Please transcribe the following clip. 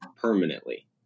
permanently